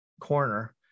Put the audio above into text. corner